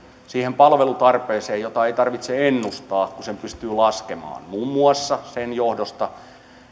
siihen palvelutarpeeseen jota ei tarvitse ennustaa kun sen pystyy laskemaan muun muassa sen johdosta